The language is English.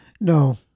No